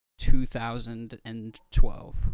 2012